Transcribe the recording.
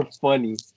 funny